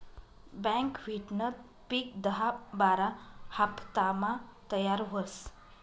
बकव्हिटनं पिक दहा बारा हाफतामा तयार व्हस